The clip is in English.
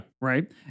Right